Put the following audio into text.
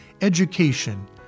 education